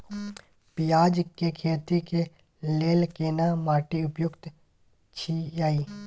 पियाज के खेती के लेल केना माटी उपयुक्त छियै?